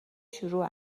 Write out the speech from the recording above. شروع